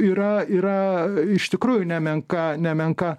yra yra iš tikrųjų nemenka nemenka